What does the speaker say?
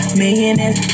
millionaires